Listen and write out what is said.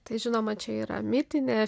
tai žinoma čia yra mitinė